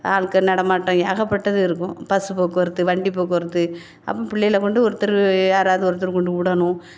ஆளுங்க நடமாட்டம் ஏகப்பட்டது இருக்கும் பஸ் போக்குவரத்து வண்டி போக்குவரத்து அப்பறம் பிள்ளைகளை கொண்டு ஒருத்தர் யாராவது ஒருத்தர் கொண்டு விடணும்